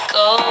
go